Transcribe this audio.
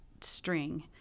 string